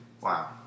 Wow